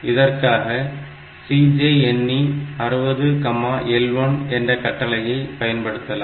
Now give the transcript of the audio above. இதற்காக CJNE 60L1 என்ற கட்டளையை பயன்படுத்தலாம்